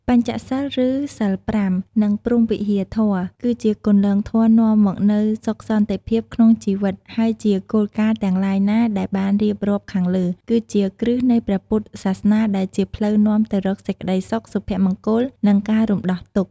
បញ្ចសីល ឬ សីល ៥ និងព្រហ្មវិហារធម៌ ជាគន្លងធម៌នាំមកនូវសុខសន្តិភាពក្នុងជីវិតហើយជាគោលការណ៍ទាំងឡាយណាដែលបានរៀបរាប់ខាងលើ គឺជាគ្រឹះនៃព្រះពុទ្ធសាសនា ដែលជាផ្លូវនាំទៅរកសេចក្តីសុខ សុភមង្គល និងការរំដោះទុក្ខ។